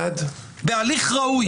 בהליך ראוי.